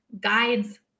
guides